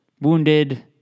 wounded